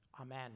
Amen